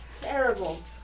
Terrible